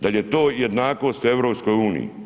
Da li je to jednakost u EU?